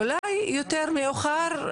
אולי יותר מאוחר,